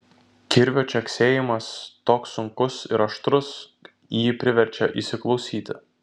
kirvio čeksėjimas toks sunkus ir aštrus jį priverčia įsiklausyti